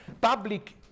public